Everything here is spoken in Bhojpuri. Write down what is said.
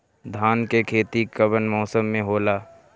धान के खेती कवन मौसम में होला?